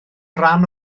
rhan